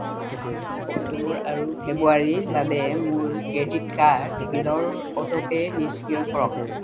অক্টোবৰ আৰু ফেব্ৰুৱাৰীৰ বাবে মোৰ ক্ৰেডিট কাৰ্ড বিলৰ অটোপে' নিষ্ক্ৰিয় কৰক